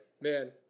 Man